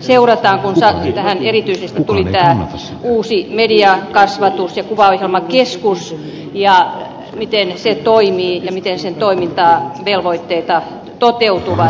seurataan kun tähän erityisesti tuli tämä uusi mediakasvatus ja kuvaohjelmakeskus ja miten se toimii ja miten sen toiminnan velvoitteet toteutuvat